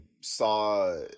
saw